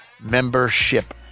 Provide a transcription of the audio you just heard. membership